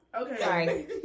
Okay